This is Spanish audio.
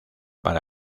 para